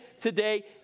today